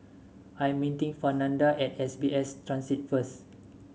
I am meeting Fernanda at S B S Transit first